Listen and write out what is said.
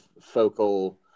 focal